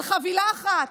על חבילה אחת.